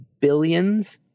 billions